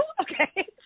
okay